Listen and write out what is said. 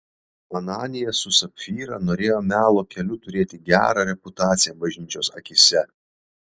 ananijas su sapfyra norėjo melo keliu turėti gerą reputaciją bažnyčios akyse